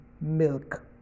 milk